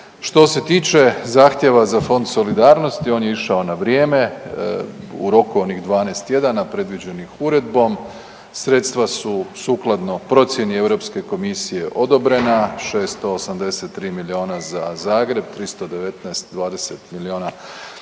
Što se tiče zahtjeva za Fond solidarnosti, on je išao na vrijeme u roku onih 12 tjedana predviđenih uredbom. Sredstva su sukladno procjeni Europske komisije odobrena, 683 milijuna za Zagreb, 319.-'20. milijuna za Banovinu